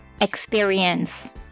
experience